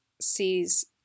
sees